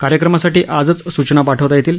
कार्यक्रमासाठी आजच सूचना पाठवता येतील